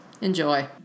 Enjoy